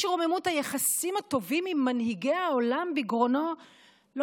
מי שרוממות היחסים הטובים עם מנהיגי העולם בגרונו לא